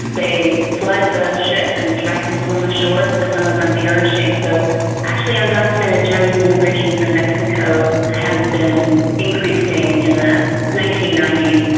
they fled the ship and tried to swim ashore, some of them perishing. so actually undocumented chinese immigration through mexico has been increasing in the nineteen ninety s,